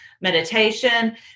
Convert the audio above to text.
meditation